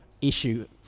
issue